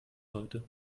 heute